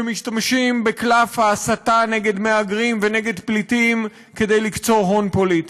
שמשתמשים בקלף ההסתה נגד מהגרים ונגד פליטים כדי לקצור הון פוליטי.